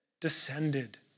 descended